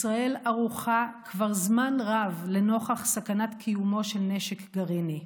ישראל ערוכה כבר זמן רב לנוכח סכנת קיומו של נשק גרעיני,